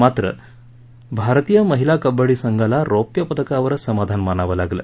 मात्र भारतीय महिला कबङ्डी संघाला रौप्य पदकावरचं समाधान मानावं लागलं